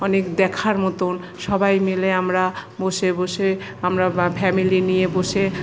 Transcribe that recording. অনেক দেখার মতন সবাই মিলে আমরা বসে বসে আমরা ফ্যামিলি নিয়ে বসে